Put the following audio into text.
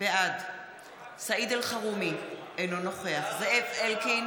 בעד סעיד אלחרומי, אינו נוכח זאב אלקין,